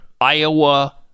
Iowa